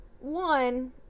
One